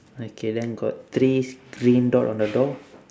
okay then got three green dot on the door